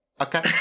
Okay